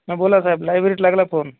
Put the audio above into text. हा बोला साहेब लायब्ररीत लागला फोन